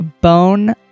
Bone